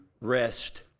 rest